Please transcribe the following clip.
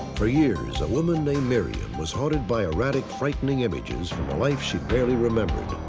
for years, a woman named miriam was haunted by erratic, frightening images from a life she barely remembered.